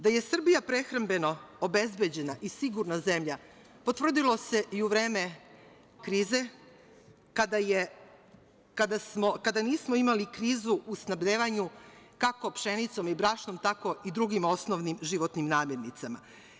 Da je Srbija prehrambeno obezbeđena i sigurna zemlja potvrdilo se i u vreme kovid krize, kada nismo imali krizu u snabdevanju kako pšenicom i brašnom, tako i drugim osnovnim životnim namirnicama.